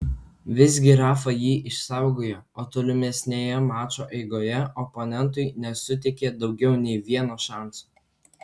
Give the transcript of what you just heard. visgi rafa jį išsaugojo o tolimesnėje mačo eigoje oponentui nesuteikė daugiau nei vieno šanso